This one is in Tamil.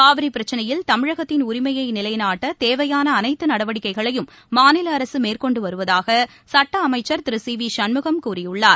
காவிரிப் பிரச்சினையில் தமிழகத்தின் உரிமையைநிலைநாட்டதேவையானஅனைத்துநடவடிக்கைகளையும் மாநிலஅரசுமேற்கொண்டுவருவதாகசுட்டஅமைச்சர் திருசிவிசண்முகம் கூறியுள்ளார்